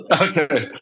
Okay